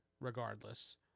regardless